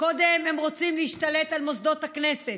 קודם הם רוצים להשתלט על מוסדות הכנסת,